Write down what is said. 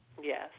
Yes